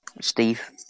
Steve